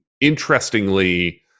interestingly